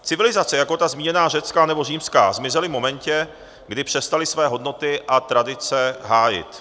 Civilizace jako ta zmíněná řecká nebo římská zmizely v momentě, kdy přestaly své hodnoty a tradice hájit.